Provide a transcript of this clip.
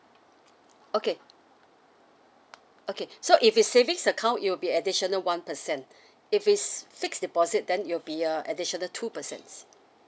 okay okay so if it's savings account it will be additional one percent if it's fixed deposit then you'll be uh additional two percents